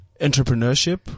entrepreneurship